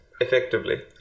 effectively